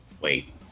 Wait